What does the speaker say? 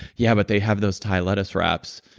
yeah, but they have those thai lettuce wraps.